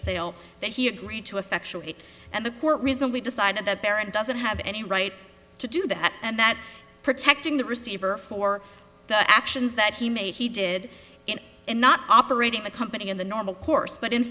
sale that he agreed to effectuate and the court reasonably decided that baron doesn't have any right to do that and that protecting the receiver for the actions that he made he did in not operating the company in the normal course but in